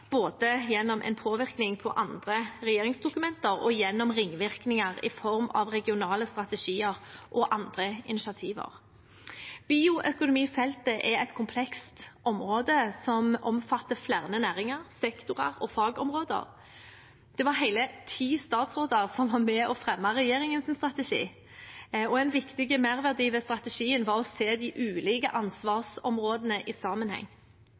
både gjennom en påvirkning på andre regjeringsdokumenter og gjennom ringvirkninger i form av regionale strategier og andre initiativer. Bioøkonomifeltet er et komplekst område som omfatter flere næringer, sektorer og fagområder. Det var hele ti statsråder som var med og fremmet regjeringens strategi, og en viktig merverdi ved strategien var å se de ulike ansvarsområdene i sammenheng.